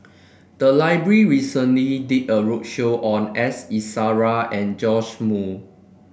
the library recently did a roadshow on S Iswaran and Joash Moo